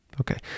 Okay